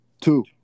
Two